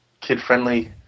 kid-friendly